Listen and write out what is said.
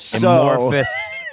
Amorphous